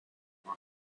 are